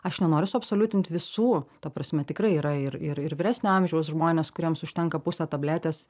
aš nenoriu suabsoliutint visų ta prasme tikrai yra ir ir ir vyresnio amžiaus žmonės kuriems užtenka pusę tabletės